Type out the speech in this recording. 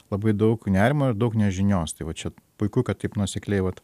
labai daug nerimo ir daug nežinios tai va čia puiku kad taip nuosekliai vat